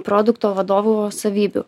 produkto vadovų savybių